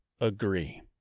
agree